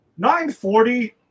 9-40